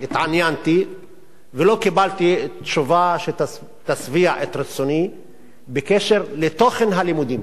התעניינתי ולא קיבלתי תשובה שתשביע את רצוני בקשר לתוכן הלימודים,